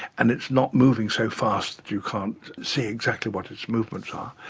and it's not moving so fast that you can't see exactly what its movements are.